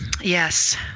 Yes